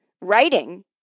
Writing